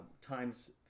times